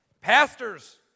Pastors